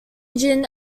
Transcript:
gin